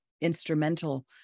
instrumental